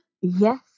yes